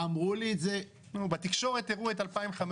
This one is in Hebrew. אמרו לי את זה --- בתקשורת הראו את 2015,